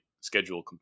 schedule